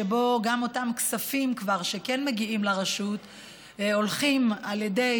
שבו גם אותם כספים שכבר כן מגיעים לרשות הולכים על ידי